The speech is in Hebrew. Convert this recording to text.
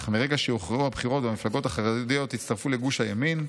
אך מרגע שהוכרעו הבחירות והמפלגות החרדיות הצטרפו לגוש הימין,